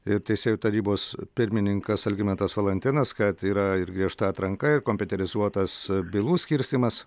ir teisėjų tarybos pirmininkas algimantas valantinas kad yra ir griežta atranka ir kompiuterizuotas bylų skirstymas